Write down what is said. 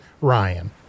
Ryan